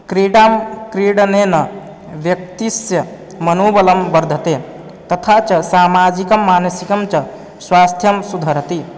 क्रीडां क्रीडनेन व्यक्तस्य मनोबलं वर्धते तथा च सामाजिकं मानसिकं च स्वास्थ्यं सुधरति